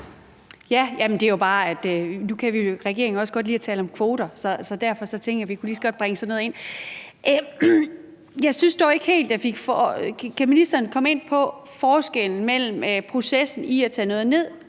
nævnte det jo bare, fordi regeringen nu også godt kan lide at tale om kvoter. Så derfor tænkte jeg, at vi lige så godt kunne bringe sådan noget ind. Jeg synes dog ikke helt, at ministeren kom ind på forskellen i processen, når man tager noget ned